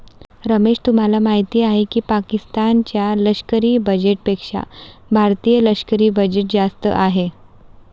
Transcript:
रमेश तुम्हाला माहिती आहे की पाकिस्तान च्या लष्करी बजेटपेक्षा भारतीय लष्करी बजेट जास्त आहे